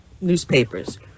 newspapers